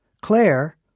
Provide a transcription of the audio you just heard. Claire